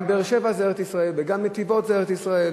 גם באר-שבע זה ארץ-ישראל וגם נתיבות זה ארץ-ישראל